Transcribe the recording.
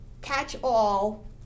catch-all